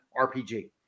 RPG